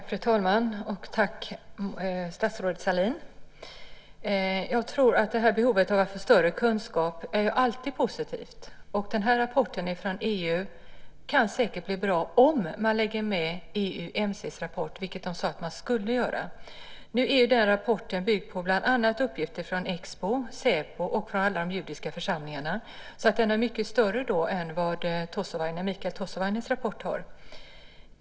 Fru talman! Tack, statsrådet Sahlin! Att få större kunskap är alltid positivt. Rapporten från EU kan säkert bli bra om man lägger med EUMC:s rapport, vilket man sade att man skulle göra. Nu är den rapporten byggd på bland annat uppgifter från Expo, säpo och från alla de judiska församlingarna, så den är mycket större än Mikael Tossavainens.